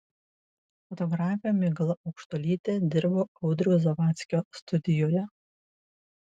fotografė migla aukštuolytė dirbo audriaus zavadskio studijoje